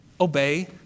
Obey